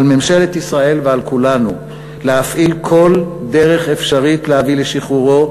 על ממשלת ישראל ועל כולנו להפעיל כל דרך אפשרית להביא לשחרורו,